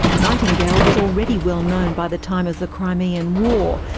nightingale was already well-known by the time of the crimean war,